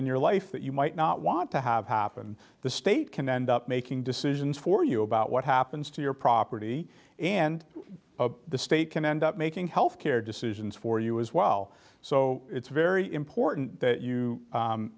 in your life that you might not want to have happen the state can end up making decisions for you about what happens to your property and the state can end up making health care decisions for you as well so it's very important that you